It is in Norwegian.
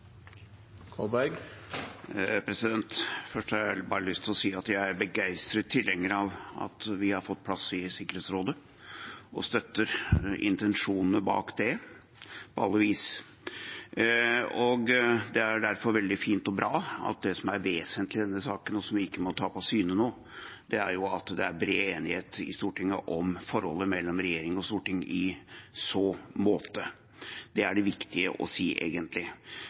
begeistret tilhenger av at vi har fått plass i Sikkerhetsrådet, og støtter intensjonene bak det på alle vis. Det er derfor veldig fint og bra at det som er vesentlig i denne saken, og som vi ikke må tape av syne nå, er at det er bred enighet i Stortinget om forholdet mellom regjering og storting i så måte. Det er det viktig å si.